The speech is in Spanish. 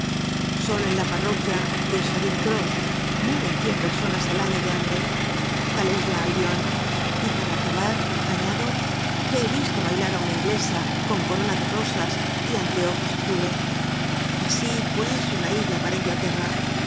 solo en la parroquia de charing cross mueren cien personas al año de hambre tales la albion y para acabar añado que he visto bailar á una inglesa con corona de rosas y anteojos azules asi pues una higa para inglaterra